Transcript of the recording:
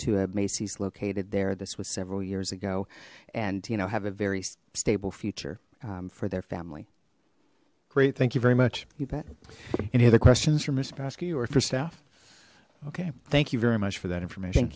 to a macy's located there this was several years ago and you know have a very stable future for their family great thank you very much you bet any other questions for mister basky or for staff okay thank you very much for that information